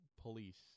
police